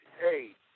hey